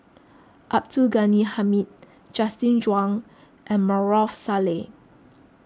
Abdul Ghani Hamid Justin Zhuang and Maarof Salleh